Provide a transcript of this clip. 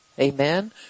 Amen